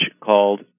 called